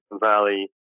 Valley